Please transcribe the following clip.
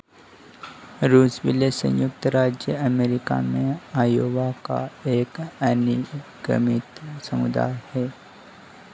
Rushville संयुक्त राज्य America में आयोवा का एक अनिगमित समुदाय है